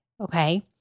okay